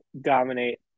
dominate